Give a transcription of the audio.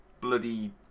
bloody